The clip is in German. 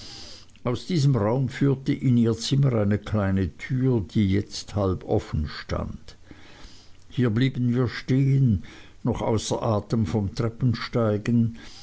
aus diesem raum führte in ihr zimmer eine kleine tür die jetzt halb offen stand hier blieben wir stehen noch außer atem vom treppensteigen